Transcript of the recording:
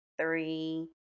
three